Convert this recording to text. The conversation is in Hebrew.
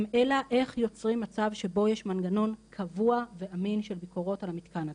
אלא איך יוצרים מצב שבו יש מנגנון קבוע ואמין של ביקורות על המתקן הזה.